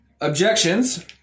objections